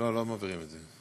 לא, לא מעבירים את זה.